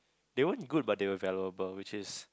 they won't good but they were valuable which is